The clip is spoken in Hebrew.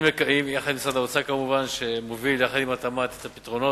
יחד עם משרד האוצר כמובן, שמוביל את הפתרונות